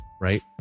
right